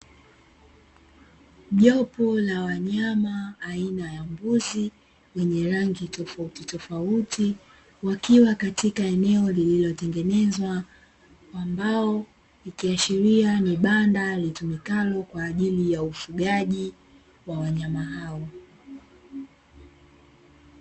Jopo la wanyama aina ya mbuzi wenye rangi tofautitofauti, wakiwa katika eneo lililotengenezwa kwa mbao. Ikiashiria ni banda litumikalo kwaajili ya ufugaji wa wanyama hao.